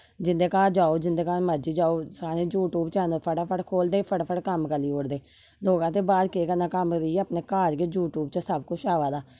जिंदे घार जाओ जिंदे घार मर्जी जाओ सारे यूट्यूब चैनल फटा फट खोलदे फटा फटा कम्म करी ओड़दे लोक आक्खदे बाहर केह् करना कम्म इयै अपने घार गै यूट्यूब च सब किश अवा दा